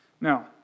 Now